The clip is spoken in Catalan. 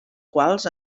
quals